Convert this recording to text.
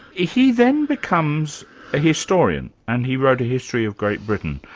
he then becomes a historian, and he wrote a history of great britain.